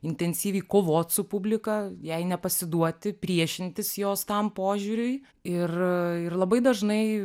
intensyviai kovot su publika jai nepasiduoti priešintis jos tam požiūriui ir ir labai dažnai